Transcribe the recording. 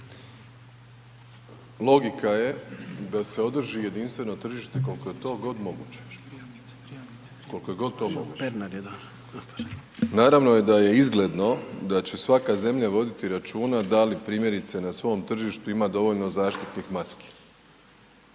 Logika je da se održi jedinstveno tržite koliko je to god moguće, koliko je god to moguće. Naravno je da je izgledno da će svaka zemlja voditi računa da li primjerice na svom tržištu ima dovoljno zaštitnih maski.